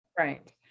Right